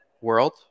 world